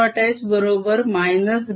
H बरोबर -del